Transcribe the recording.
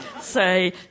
say